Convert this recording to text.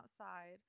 outside